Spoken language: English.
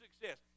success